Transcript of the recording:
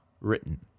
written